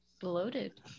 bloated